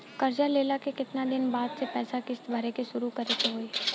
कर्जा लेला के केतना दिन बाद से पैसा किश्त भरे के शुरू करे के होई?